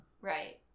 right